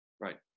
Right